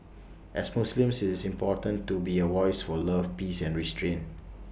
as Muslims it's important to be A voice for love peace and restraint